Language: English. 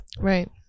Right